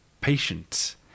patient